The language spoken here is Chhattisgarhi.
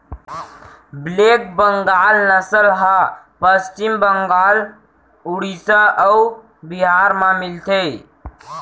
ब्लेक बंगाल नसल ह पस्चिम बंगाल, उड़ीसा अउ बिहार म मिलथे